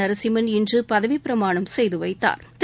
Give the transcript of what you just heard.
நரசிம்மள் இன்று பதவிப்பிரமாணம் செய்து வைத்தாா்